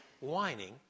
whining